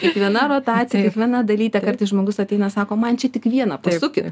kiekviena rotacija kiekviena dalytė kartais žmogus ateina sako man čia tik vieną sukį